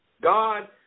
God